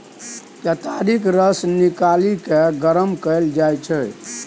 केतारीक रस निकालि केँ गरम कएल जाइ छै